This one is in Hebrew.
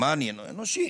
אנושי.